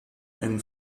einen